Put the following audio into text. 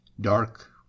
Dark